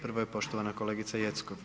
Prva je poštovana kolegica Jeckov.